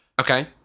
Okay